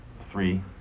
three